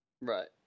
Right